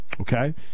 okay